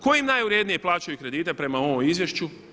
Koji najurednije plaćaju kredite prema ovom izvješću?